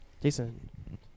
Jason